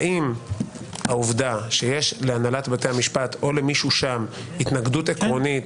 האם העובדה שיש להנהלת בתי המשפט או למישהו שם התנגדות עקרונית